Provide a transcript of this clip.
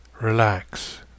relax